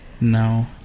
No